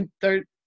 third